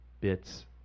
bits